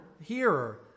hearer